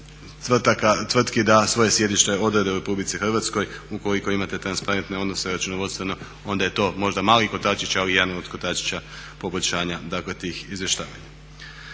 tvrtki da svoje sjedište odrade u RH. Ukoliko imate transparentne odnose računovodstveno onda je to možda mali kotačić, ali jedan od kotačića poboljšanja, dakle tih izvještavanja.